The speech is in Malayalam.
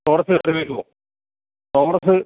ടോറസ് കയറി വരുമോ ടോറസ്